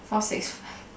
four six